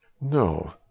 No